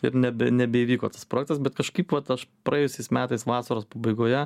ir nebe nebeįvyko tas projektas bet kažkaip vat aš praėjusiais metais vasaros pabaigoje